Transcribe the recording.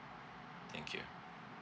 thank you